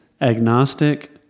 agnostic